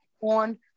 on